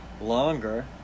longer